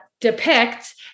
depict